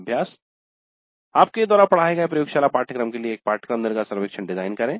अभ्यास आपके द्वारा पढ़ाए गए प्रयोगशाला पाठ्यक्रम के लिए एक पाठ्यक्रम निर्गत सर्वेक्षण डिजाइन करें